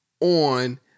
on